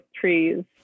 trees